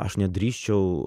aš nedrįsčiau